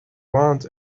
want